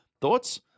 Thoughts